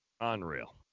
Unreal